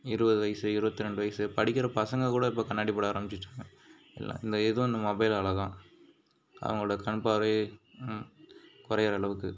இருபது வயசு இருபத்ரெண்டு வயசு படிக்கிற பசங்க கூட இப்போ கண்ணாடி போட ஆரம்பிச்சிடுச்சிங்க எல்லா இந்த இதுவும் மொபைலாலேதான் அவங்களோட கண் பார்வை கொறையற அளவுக்கு